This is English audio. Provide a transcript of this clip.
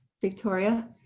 Victoria